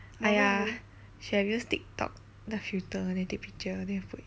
!aiya! should have used tiktok the filter then take picture then put